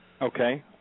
Okay